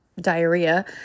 diarrhea